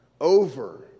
over